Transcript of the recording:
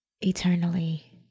eternally